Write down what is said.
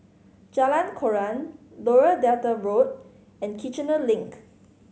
Jalan Koran Lower Delta Road and Kiichener Link